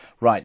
Right